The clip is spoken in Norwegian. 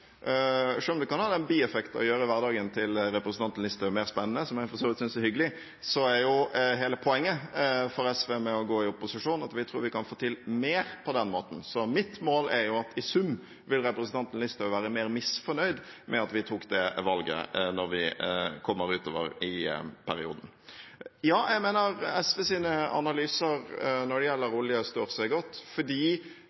kan ha den bieffekten å gjøre hverdagen til representanten Listhaug mer spennende – noe jeg for så vidt synes er hyggelig – er hele poenget for SV med å gå i opposisjon at vi tror vi kan få til mer på den måten. Mitt mål er at representanten Listhaug i sum vil være mer misfornøyd med at vi tok det valget når vi kommer utover i perioden. Ja, jeg mener SVs analyser når det gjelder